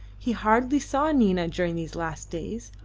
he hardly saw nina during these last days,